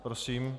Prosím.